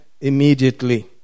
immediately